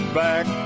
back